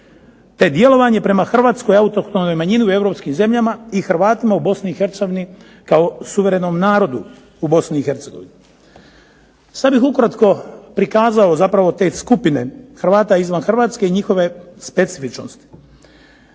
te djelovanje prema hrvatskoj autohtonoj manjini u europskim zemljama i Hrvatima u Bosni i Hercegovini kao suverenom narodu u Bosni i Hercegovini. Sada bih ukratko prikazao te skupne Hrvata izvan Hrvatske i njihove specifičnosti.